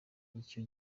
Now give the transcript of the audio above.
icyo